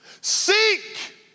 Seek